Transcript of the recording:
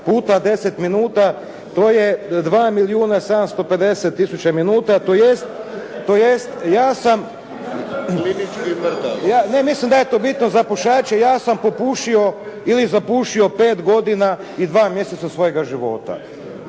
tisuća minuta tj. ja sam… /Smijeh./ … /Upadica: Klinički mrtav./ … Ja mislim da je to bitno za pušače. Ja sam popušio ili zapušio 5 godina i 2 mjeseca svojega života.